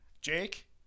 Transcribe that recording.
Jake